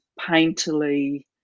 painterly